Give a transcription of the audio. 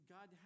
God